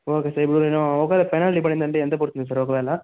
okay sir ఇప్పుడు నేను ఒకవేళ పెనాల్టీ పడింది అంటే ఎంత పడుతుంది సార్ ఒకవేళ